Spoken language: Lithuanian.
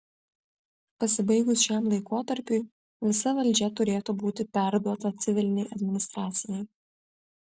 pasibaigus šiam laikotarpiui visa valdžia turėtų būti perduota civilinei administracijai